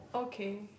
okay